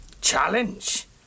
Challenge